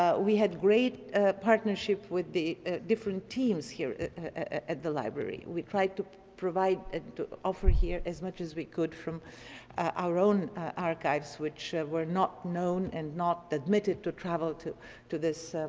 ah we had great partnership with the different teams here at the library. we tried to provide and to offer here as much as we could from our own archives, which were not known and not admitted to travel to to this